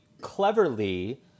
cleverly